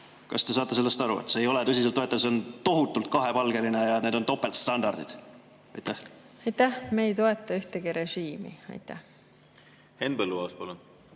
Kas te saate aru, et see ei ole tõsiselt võetav, see on tohutult kahepalgeline ja need on topeltstandardid? Aitäh! Me ei toeta ühtegi režiimi. Aitäh! Me ei toeta